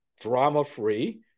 drama-free